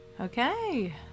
Okay